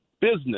business